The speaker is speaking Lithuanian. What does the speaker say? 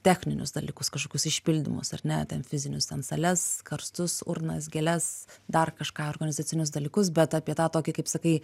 techninius dalykus kažkokius išpildymus ar ne ten fizinius ten sales karstus urnas gėles dar kažką organizacinius dalykus bet apie tą tokį kaip sakai